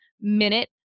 minute